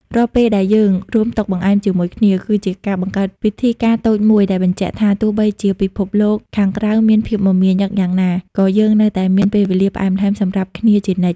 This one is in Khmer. រាល់ពេលដែលយើងរួមតុបង្អែមជាមួយគ្នា គឺជាការបង្កើតពិធីការណ៍តូចមួយដែលបញ្ជាក់ថា ទោះបីជាពិភពលោកខាងក្រៅមានភាពមមាញឹកយ៉ាងណា ក៏យើងនៅតែមានពេលវេលាផ្អែមល្ហែមសម្រាប់គ្នាជានិច្ច។